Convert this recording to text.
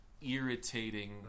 Irritating